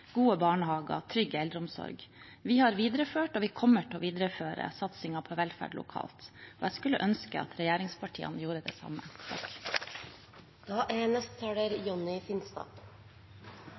gode barnehager og trygg eldreomsorg. Vi har videreført og kommer til å videreføre satsingen på velferd lokalt. Jeg skulle ønske at regjeringspartiene gjorde det samme.